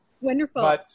Wonderful